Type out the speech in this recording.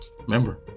Remember